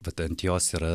vat ant jos yra